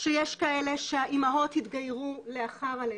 שיש כאלה שהאימהות התגיירו לאחר הלידה.